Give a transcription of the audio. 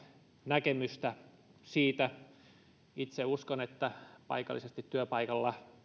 näkemystä itse uskon että paikallisesti työpaikalla